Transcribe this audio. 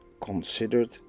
considered